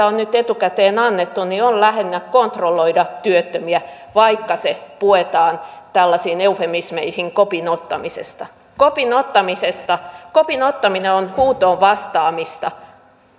on nyt etukäteen annettu on lähinnä kontrolloida työttömiä vaikka se puetaan tällaisiin eufemismeihin kopin ottamisesta kopin ottamisesta kopin ottaminen on huutoon vastaamista